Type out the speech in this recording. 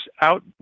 out